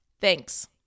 thanks